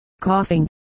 coughing